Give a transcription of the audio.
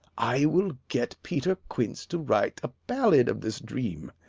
i will get peter quince to write a ballad of this dream.